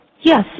Yes